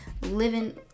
living